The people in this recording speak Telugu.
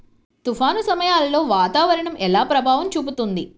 తుఫాను సమయాలలో వాతావరణం ఎలా ప్రభావం చూపుతుంది?